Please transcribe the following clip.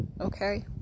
Okay